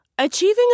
Achieving